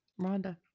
Rhonda